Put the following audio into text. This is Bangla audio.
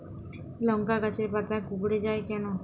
লংকা গাছের পাতা কুকড়ে যায় কেনো?